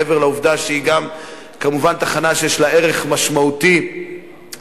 מעבר לעובדה שהיא גם כמובן תחנה שיש לה ערך משמעותי לצה"ל,